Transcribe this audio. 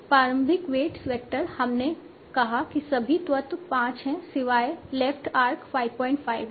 प्रारंभिक weights vector हमने कहा कि सभी तत्व 5 हैं सिवाय लेफ्ट आर्क 55 है